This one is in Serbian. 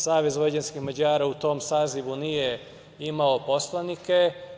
Savez vojvođanskih Mađara u tom sazivu nije imao poslanike.